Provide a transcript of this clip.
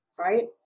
right